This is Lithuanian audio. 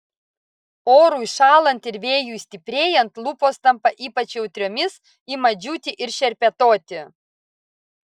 orui šąlant ir vėjui stiprėjant lūpos tampa ypač jautriomis ima džiūti ir šerpetoti